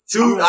Two